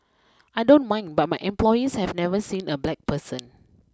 I don't mind but my employees have never seen a black person